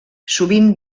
sovint